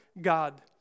God